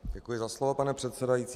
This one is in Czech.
Děkuji za slovo, pane předsedající.